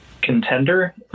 contender